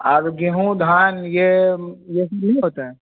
आलू गेहूँ धान यह यह सब नहीं होता है